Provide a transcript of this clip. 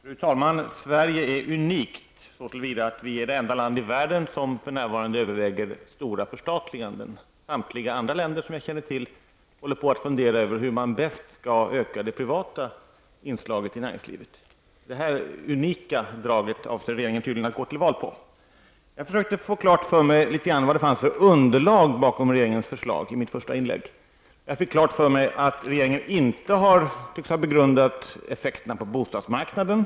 Fru talman! Sverige är unikt så till vida att det är det enda land i världen som för närvarande överväger stora förstatliganden. I samtliga andra länder som jag känner till håller man på att fundera över hur man bäst skall öka det privata inslaget i näringslivet. Detta unika drag avser regeringen tydligen att gå till val på. Jag försökte i mitt första inlägg få klart för mig vad det fanns för underlag till regeringens förslag. Regeringen tycks inte ha begrundat effekterna på bostadsmarknaden.